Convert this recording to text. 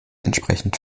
entsprechend